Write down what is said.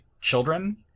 children